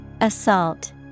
Assault